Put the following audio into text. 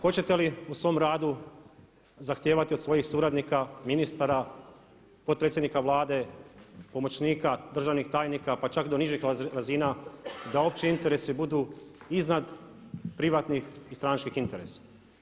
Hoćete li u svom radu zahtijevati od svojih suradnika, ministara, potpredsjednika Vlade, pomoćnika, državnih tajnika pa čak do nižih razina da opći interesi budu iznad privatnih i stranačkih interesa.